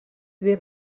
dir